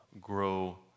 grow